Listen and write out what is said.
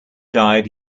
died